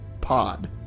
pod